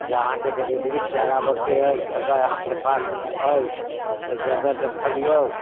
जे अहाँके यदि बृक्ष लगाबऽके अछि जगह अहाँके पासमे अछि तऽ जग्गह देखबियौ